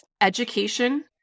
education